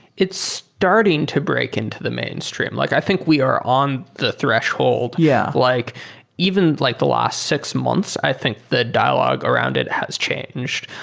it's starting to break into the mainstream. like i think we are on the threshold. yeah like even like the last six months, i think the dialogue around it has changed.